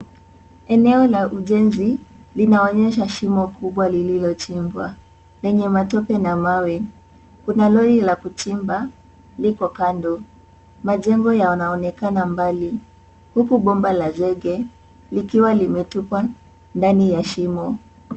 Eneo la ujenzi, linaonyesha shimo kubwa lililochimbwa, lenye matope na mawe. Kuna lori la kuchimba liko kando. Majengo yanaonekana mbali, huku bomba la zege likiwa limetupwa ndani ya shimo.